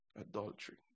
Adultery